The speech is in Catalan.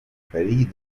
perill